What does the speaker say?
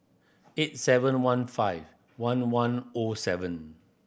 eight seven one five one one O seven